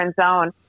zone